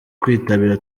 kwitabira